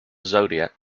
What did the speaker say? zodiac